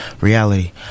reality